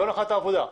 זאת הנחת העבודה.